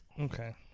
Okay